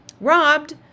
Robbed